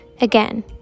Again